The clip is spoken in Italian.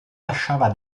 lasciava